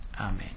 amen